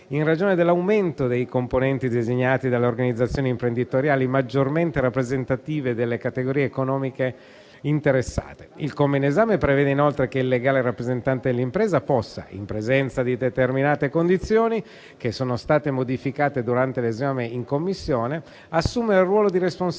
in ragione dell'aumento dei componenti designati dalle organizzazioni imprenditoriali maggiormente rappresentative delle categorie economiche interessate. Il comma in esame prevede inoltre che il legale rappresentante dell'impresa possa, in presenza di determinate condizioni, che sono state modificate durante l'esame in Commissione, assumere il ruolo di responsabile